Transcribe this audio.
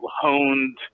honed